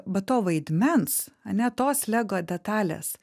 va to vaidmens ane tos lego detalės